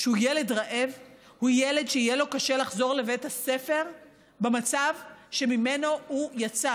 שהוא ילד רעב הוא ילד שיהיה לו קשה לחזור לבית הספר במצב שממנו הוא יצא,